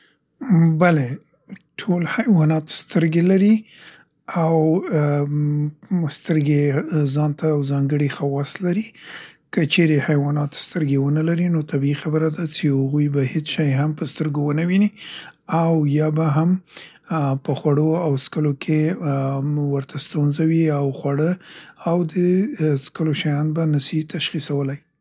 امم، بلې ټول حیوانات سترګې لري او امم سترګې یې ی ځانته ځانګړي خواص لري. که چیرې حیوانات سترګې ونه لري نو طبعي خبره ده چې هغوی به هیڅ شی هم په سترګو ونه ویني او یا به هم په خوړو او څښلو کې ورته ستونزه وي او خواړه او د څښلو شیان به نشي تشخیصولی.